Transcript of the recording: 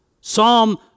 Psalm